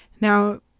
Now